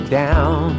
down